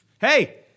hey